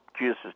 Jesus